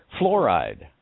Fluoride